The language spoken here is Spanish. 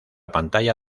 pantalla